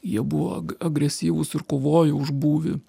jie buvo agresyvūs ir kovojo už būvį